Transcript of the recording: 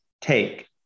take